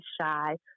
shy